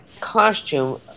costume